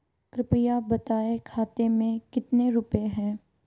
कृपया बताएं खाते में कितने रुपए हैं?